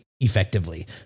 effectively